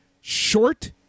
short